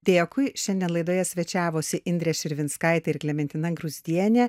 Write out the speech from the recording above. dėkui šiandien laidoje svečiavosi indrė širvinskaitė ir klementina gruzdienė